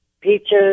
peaches